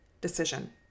decision